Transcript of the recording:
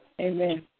Amen